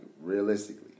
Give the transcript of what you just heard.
realistically